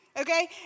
okay